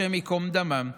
השם ייקום דמם,